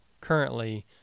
currently